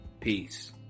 Peace